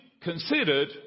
considered